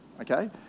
okay